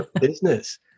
business